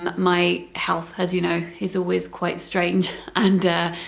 um my health as you know is always quite strange and